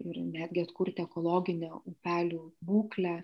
ir netgi atkurti ekologinę upelių būklę